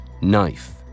Knife